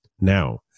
now